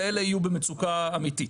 ואלה יהיו במצוקה אמיתית.